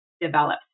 develops